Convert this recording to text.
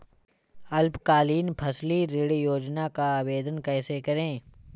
अल्पकालीन फसली ऋण योजना का आवेदन कैसे करें?